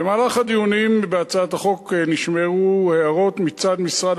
במהלך הדיונים בהצעת החוק נשמעו הערות מצד משרד